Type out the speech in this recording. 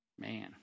man